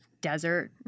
desert